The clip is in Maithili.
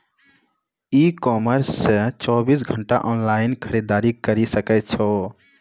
ई कॉमर्स से चौबीस घंटा ऑनलाइन खरीदारी करी सकै छो